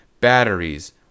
batteries